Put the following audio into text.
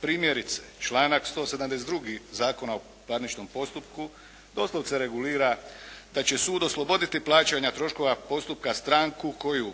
Primjerice članak 172. Zakona o parničnom postupku doslovce regulira da će sud osloboditi plaćanja troškova postupka stranku koju,